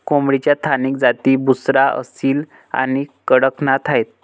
कोंबडीच्या स्थानिक जाती बुसरा, असील आणि कडकनाथ आहेत